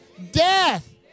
death